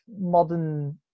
modern